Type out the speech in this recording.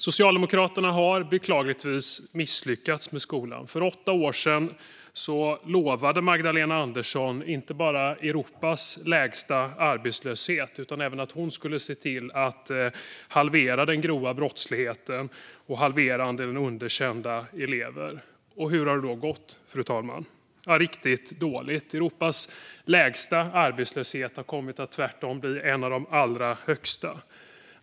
Socialdemokraterna har beklagligtvis misslyckats med skolan. För åtta år sedan lovade Magdalena Andersson inte bara att vi skulle få Europas lägsta arbetslöshet utan även att hon skulle se till att halvera den grova brottsligheten och halvera andelen underkända elever. Hur har det då gått, fru talman? Jo, riktigt dåligt. Det som skulle bli Europas lägsta arbetslöshet har tvärtom blivit en av de allra högsta.